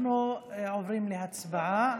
אנחנו עוברים להצבעה.